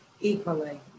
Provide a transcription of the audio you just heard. equally